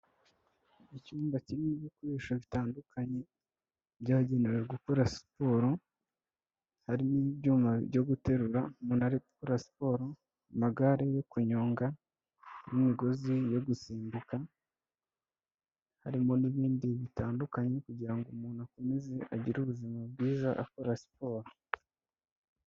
Icyumba kirimo ibikoresho bitandukanye, byagenewe gukora siporo, harimo ibyuma byo guterura umuntu ari gukora siporo, amagare yo kunyonga n'imigozi yo gusimbuka, harimo n'ibindi bitandukanye kugira ngo umuntu akomeze agire ubuzima bwiza akora siporo.